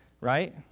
right